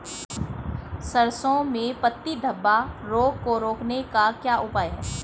सरसों में पत्ती धब्बा रोग को रोकने का क्या उपाय है?